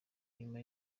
nyuma